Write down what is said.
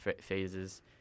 phases